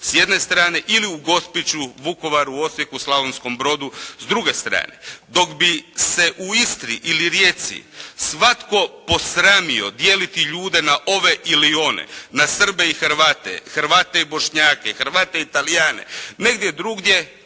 s jedne strane ili u Gospiću, Vukovaru, Osijeku, Slavonskom Brodu s druge strane. Dok bi se u Istri ili Rijeci svatko posramio dijeliti ljude na ove ili one, na Srbe i Hrvate, Hrvate i Bošnjake, Hrvate i Talijane, negdje drugdje